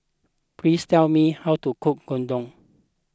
please tell me how to cook Gyudon